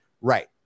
right